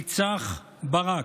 ניצח ברק,